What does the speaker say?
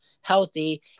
healthy